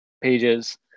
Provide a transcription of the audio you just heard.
pages